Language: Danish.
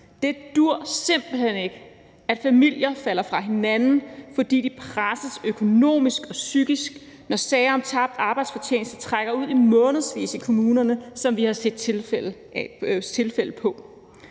Det duer simpelt hen ikke, at familier falder fra hinanden, fordi de presses økonomisk og psykisk, når sager om tabt arbejdsfortjeneste trækker ud i månedsvis i kommunerne, som vi har set tilfælde af.